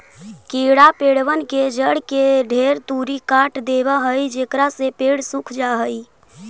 कीड़ा पेड़बन के जड़ के ढेर तुरी काट देबा हई जेकरा से पेड़ सूख जा हई